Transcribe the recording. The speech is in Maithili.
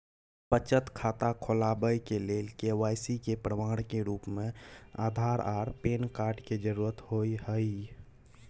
बचत खाता खोलाबय के लेल के.वाइ.सी के प्रमाण के रूप में आधार आर पैन कार्ड के जरुरत होय हय